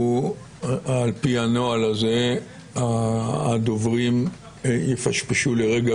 על פי הנוהל הזה הדוברים יפשפשו לרגע